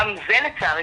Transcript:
גם זה לצערי,